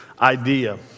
idea